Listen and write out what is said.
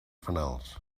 fanals